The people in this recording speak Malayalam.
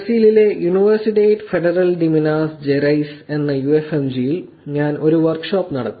ബ്രസീലിലെ Universidade Federal de Minas Gerais എന്ന UFMG യിൽ ഞാൻ ഒരു വർക്ക് ഷോപ്പ് നടത്തി